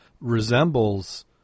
resembles